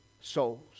souls